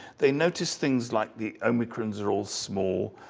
they notice things like the omicrons are all small,